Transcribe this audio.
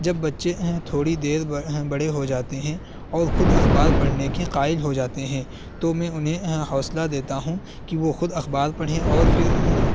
جب بچے تھوڑی دیر بڑے ہو جاتے ہیں اور خود اخبار پڑھنے کے قائل ہو جاتے ہیں تو میں انہیں حوصلہ دیتا ہوں کہ وہ خود اخبار پڑھیں اور پھر